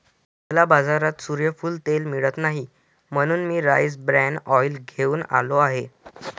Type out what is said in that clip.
मला बाजारात सूर्यफूल तेल मिळत नाही म्हणून मी राईस ब्रॅन ऑइल घेऊन आलो आहे